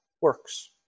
works